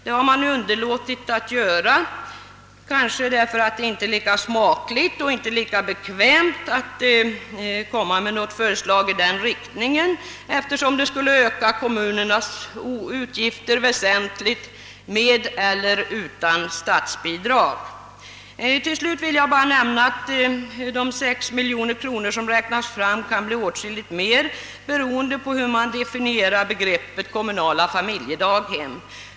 Det har man nu underlåtit att göra, kanske därför att det inte är lika smakligt och inte lika bekvämt att presentera förslag i den riktningen, eftersom det skulle öka kommunernas utgifter väsentligt, med eller utan statsbidrag. Till slut vill jag bara nämna att de sex miljoner kronor som räknats fram kan bli åtskilligt mer beroende på hur man definierar begreppet kommunala familjedaghem.